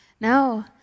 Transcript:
No